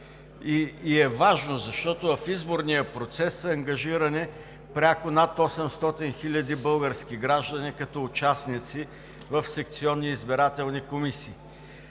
и е важно, защото в изборния процес са ангажирани пряко над 800 000 български граждани като участници в секционни избирателни комисии,